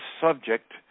subject